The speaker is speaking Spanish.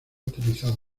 utilizado